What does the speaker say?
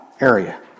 area